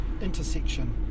intersection